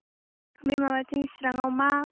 बे माबायदि चिराङाव मा